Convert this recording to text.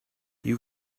you